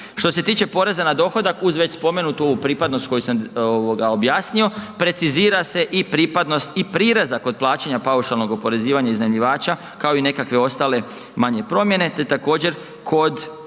Što se tiče poreza na dohodak, uz već spomenutu ovu pripadnost koju sam ovoga objasnio, precizira se i pripadnost i prireza kod plaćanja paušalnog oporezivanja iznajmljivača, kao i nekakve ostale manje promjene, te također kod